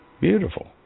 Beautiful